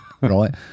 Right